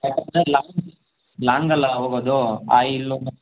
ಯಾಕಂದರೆ ಲಾಂಗಲ್ಲ ಹೋಗೋದು ಆಯಿಲು